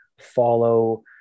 follow